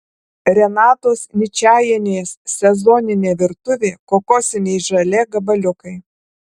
renatos ničajienės sezoninė virtuvė kokosiniai želė gabaliukai